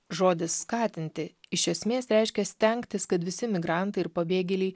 žodis skatinti iš esmės reiškia stengtis kad visi migrantai ir pabėgėliai